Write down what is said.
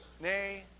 Nay